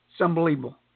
unbelievable